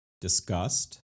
Disgust